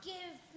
Give